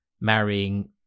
marrying